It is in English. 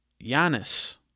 Giannis